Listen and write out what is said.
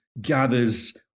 gathers